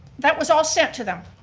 that was all sent to them.